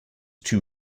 two